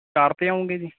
ਕਾਰ 'ਤੇ ਆਉਂਗੇ ਜੀ